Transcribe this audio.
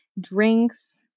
drinks